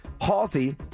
Halsey